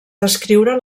descriure